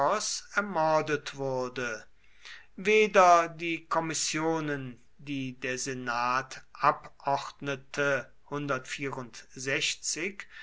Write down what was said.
ermordet wurde weder die kommissionen die der senat abordnete